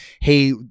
Hey